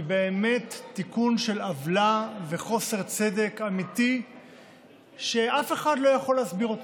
שהיא באמת תיקון של עוולה וחוסר צדק אמיתי שאף אחד לא יכול להסביר אותו.